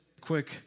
quick